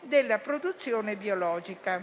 della produzione biologica.